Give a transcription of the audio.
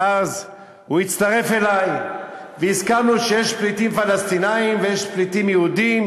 ואז הוא הצטרף אלי והסכמנו שיש פליטים פלסטינים ויש פליטים יהודים,